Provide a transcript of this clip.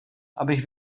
abych